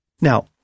Now